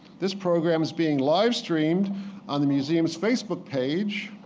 this program is being live streamed on the museum's facebook page.